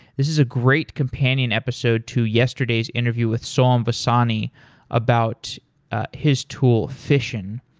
this is a great companion episode to yesterday's interview with soam vasani about his tool fission.